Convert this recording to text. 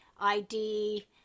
ID